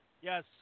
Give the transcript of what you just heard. Yes